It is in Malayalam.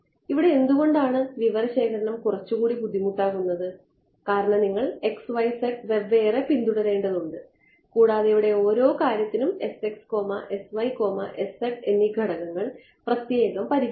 ഇവിടെ എന്തുകൊണ്ടാണ് വിവരശേഖരണം കുറച്ചുകൂടി ബുദ്ധിമുട്ടാകുന്നത് കാരണം നിങ്ങൾ x y z വെവ്വേറെ പിന്തുടരേണ്ടതുണ്ട് കൂടാതെ ഇവിടെ ഓരോ കാര്യത്തിനും എന്നീ ഘടകങ്ങൾ പ്രത്യേകം പരിഗണിക്കണം